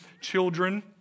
children